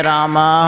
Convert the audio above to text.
Rama